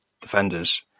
defenders